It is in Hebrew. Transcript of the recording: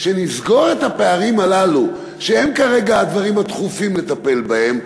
כשנסגור את הפערים הללו שהם כרגע הדברים הדחופים לטפל בהם,